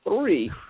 three